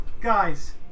guys